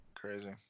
Crazy